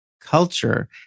culture